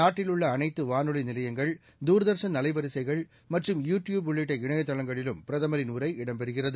நாட்டில் உள்ள அனைத்து வானொலி நிலையங்கள் தூர்தர்ஷன் அலைவரிசைகள் மற்றும் யூ டியூப் உள்ளிட்ட இணையதளங்களிலும் பிரதமரின் உரை இடம் பெறுகிறது